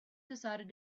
decided